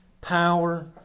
power